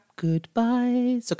Goodbye